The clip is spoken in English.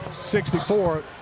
64